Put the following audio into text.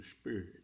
Spirit